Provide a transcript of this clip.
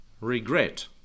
regret